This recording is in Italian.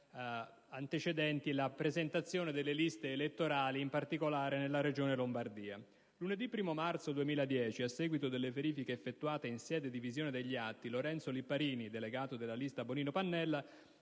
antecedenti la presentazione delle liste elettorali, in particolare nella Regione Lombardia. Lunedì 1° marzo 2010, a seguito delle verifiche effettuate in sede di visione degli atti, Lorenzo Lipparini - delegato della lista Bonino-Pannella